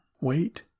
wait